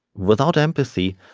without empathy,